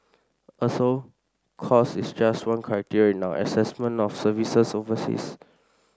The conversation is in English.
also cost is just one criteria in our assessment of services overseas